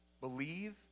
believe